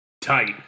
Tight